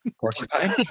Porcupine